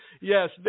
Yes